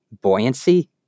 Buoyancy